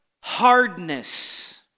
Hardness